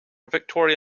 victoria